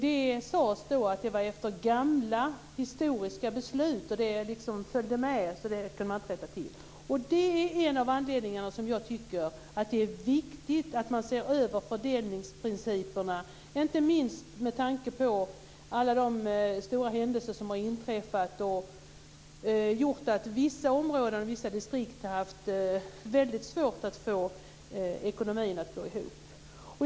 Det sades att det var efter gamla, historiska beslut. Det liksom följde med, så det kunde man inte rätta till. Det är en av anledningarna till att jag tycker att det är viktigt att man ser över fördelningsprinciperna, inte minst med tanke på alla de stora händelser som har inträffat och som har gjort att vissa områden och distrikt har haft väldigt svårt att få ekonomin att gå ihop.